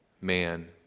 man